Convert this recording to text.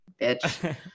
bitch